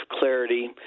clarity